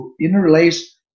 interlace